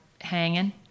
hanging